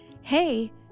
Hey